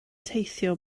teithio